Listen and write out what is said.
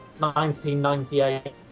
1998